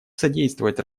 содействовать